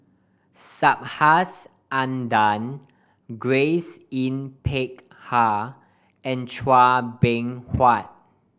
Subhas Anandan Grace Yin Peck Ha and Chua Beng Huat